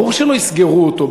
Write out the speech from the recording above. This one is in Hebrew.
ברור שלא יסגרו אותו,